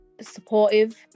supportive